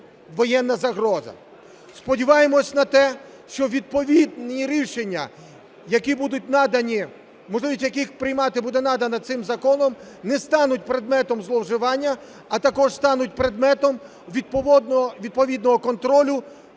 воєнна загроза. Сподіваємося на те, що відповідні рішення, які будуть надані, можливість яких приймати буде надана цим законом, не стануть предметом зловживання, а також стануть предметом відповідного контролю